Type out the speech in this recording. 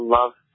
love